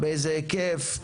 באיזה היקף?